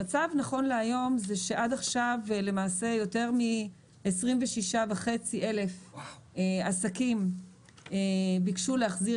המצב נכון להיום הוא שעד עכשיו יותר מ-26,500 עסקים ביקשו להחזיר